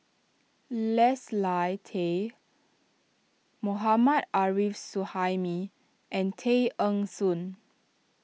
Leslie Tay Mohammad Arif Suhaimi and Tay Eng Soon